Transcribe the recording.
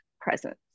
presence